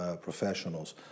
professionals